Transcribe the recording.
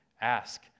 ask